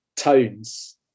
tones